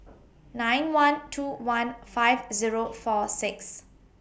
nine one two one five Zero four six